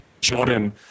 Jordan